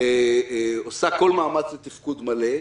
עושה כל מאמץ לתפקוד מלא,